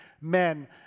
men